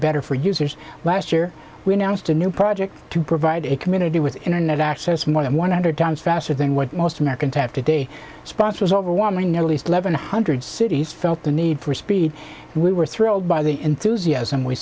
better for users last year we announced a new project to provide a community with internet access more than one hundred times faster than what most americans have today sponsors overwhelming at least eleven hundred cities felt the need for speed we were thrilled by the enthusiasm we